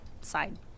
side